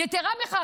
יתרה מכך,